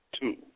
Two